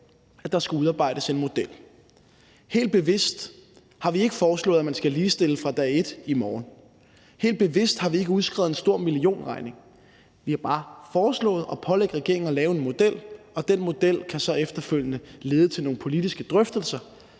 at der skulle udarbejdes en model. Helt bevidst har vi ikke foreslået, at man skal ligestille fra dag et i morgen. Helt bevidst har vi ikke udskrevet en stor millionregning. Vi har bare foreslået at pålægge regeringen at lave en model, og den model kan så efterfølgende lede til nogle politiske drøftelser,